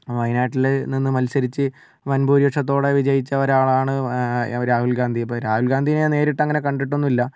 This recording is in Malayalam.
വയനാട്ടിൽ നിന്ന് മത്സരിച്ച് വൻ ഭൂരിപക്ഷത്തോടെ വിജയിച്ച ഒരാളാണ് രാഹുൽ ഗാന്ധി ഇപ്പം രാഹുൽ ഗാന്ധിനെ നേരിട്ട് അങ്ങനെ കണ്ടിട്ട് ഒന്നുമില്ല